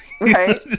Right